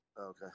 Okay